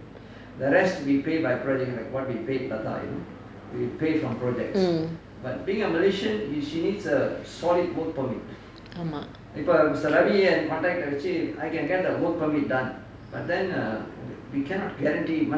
mm